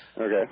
Okay